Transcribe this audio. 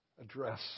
address